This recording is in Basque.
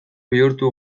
bihurtu